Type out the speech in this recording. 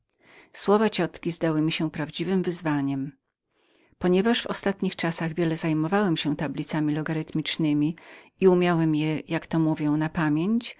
słowa te mojej ciotki zdały mi się prawdziwem wyzwaniem i lekceważeniem mojej nauki ponieważ jednak w ostatnich czasach wiele zajmowałem się tablicami logarytmowemi i umiałem je jak to mówią na pamięć